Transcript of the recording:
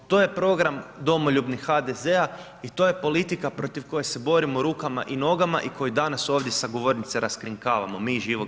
To je program domoljubnih HDZ-a i to je politika protiv koje se borimo rukama i nogama i koju danas ovdje sa govornice raskrinkavamo mi iz Živog zida.